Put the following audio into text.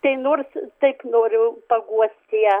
tai nors taip noriu paguosti ją